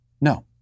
No